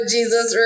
Jesus